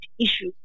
issue